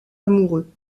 amoureux